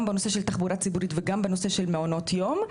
גם בנושא של תחבורה ציבורית וגם בנושא של מעונות יום.